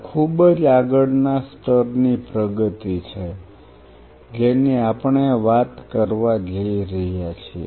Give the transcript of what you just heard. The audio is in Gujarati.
આ ખુબજ આગળના સ્તરની પ્રગતિ છે જેની આપણે વાત કરવા જઈ રહ્યા છીએ